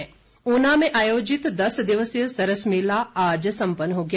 सरस मेला ऊना में आयोजित दस दिवसीय सरस मेला आज सम्पन्न हो गया